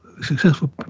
successful